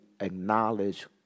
acknowledge